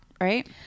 Right